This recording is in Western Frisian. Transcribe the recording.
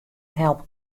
help